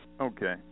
Okay